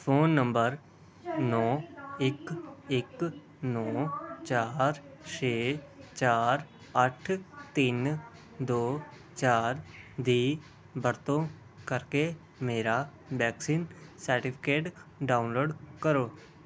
phone number ਨੌ ਇੱਕ ਇੱਕ ਨੌ ਚਾਰ ਛੇ ਚਾਰ ਅੱਠ ਤਿੰਨ ਦੋ ਚਾਰ ਦੀ ਵਰਤੋਂ ਕਰਕੇ ਮੇਰਾ ਵੈਕਸੀਨ ਸਰਟੀਫਿਕੇਟ ਡਾਊਨਲੋਡ ਕਰੋ